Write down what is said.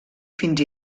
fins